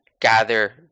gather